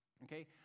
Okay